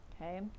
okay